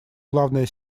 главная